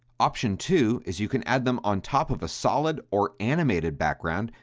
option two is you can add them on top of a solid or animated background,